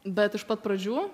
bet iš pat pradžių